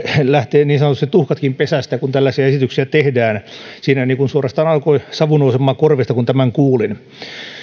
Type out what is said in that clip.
lähtee niin sanotusti tuhkatkin pesästä kun tällaisia esityksiä tehdään siinä suorastaan alkoi savu nousemaan korvista kun tämän kuulin